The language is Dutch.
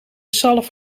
zalf